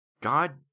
God